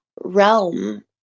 realm